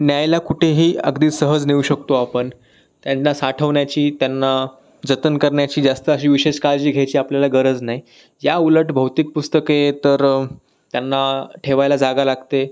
न्यायला कुठेही अगदी सहज नेऊ शकतो आपण त्यांना साठवण्याची त्यांना जतन करण्याची जास्त अशी विशेष काळजी घ्यायची आपल्याला गरज नाही याउलट भौतिक पुस्तके तर त्यांना ठेवायला जागा लागते